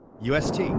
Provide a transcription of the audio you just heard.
UST